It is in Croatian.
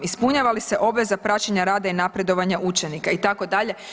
Ispunjava li se obveza praćenja rada i napredovanja učenika itd.